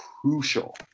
crucial